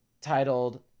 titled